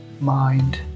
mind